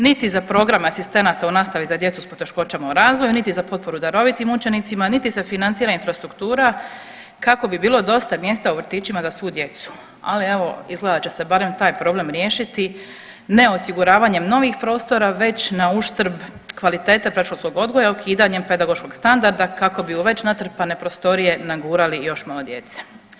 Niti za program asistenata u nastavi za djecu s poteškoćama u razvoju, niti za potporu darovitim učenicima, niti za financiranje infrastruktura kako bi bilo dosta mjesta u vrtićima za svu djecu, ali evo izgleda da će se barem taj problem riješiti ne osiguravanjem novih prostora već na uštrb kvalitete predškolskog odgoja ukidanjem pedagoškog standarda kako bi u već natrpane prostorije nagurali još malo djece.